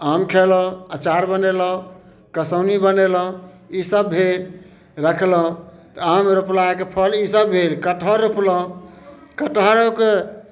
आम खेलहुँ अचार बनेलहुँ कसौनी बनेलहुँ ई सभ भेल रखलहुँ तऽ आम रोपलाके फल ई सभ भेल कटहर रोपलहुँ कटहरोके